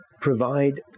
provide